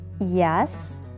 Yes